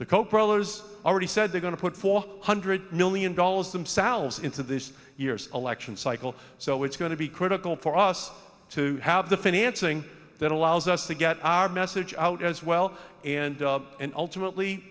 the koch brothers already said they're going to put four hundred million dollars themselves into this year's election cycle so it's going to be critical for us to have the financing that allows us to get our message out as well and ultimately